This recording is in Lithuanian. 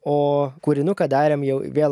o kūrinuką darėm jau vėl